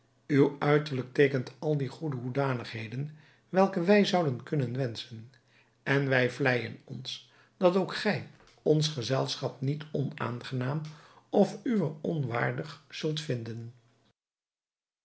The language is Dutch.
uw uiterlijk teekent al die goede hoedanigheden welke wij zouden kunnen wenschen en wij vleijen ons dat ook gij ons gezelschap niet onaangenaam of uwer onwaardig zult vinden